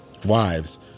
Wives